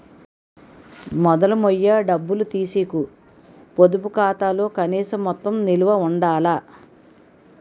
మొదలు మొయ్య డబ్బులు తీసీకు పొదుపు ఖాతాలో కనీస మొత్తం నిలవ ఉండాల